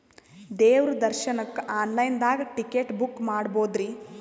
ದೇವ್ರ ದರ್ಶನಕ್ಕ ಆನ್ ಲೈನ್ ದಾಗ ಟಿಕೆಟ ಬುಕ್ಕ ಮಾಡ್ಬೊದ್ರಿ?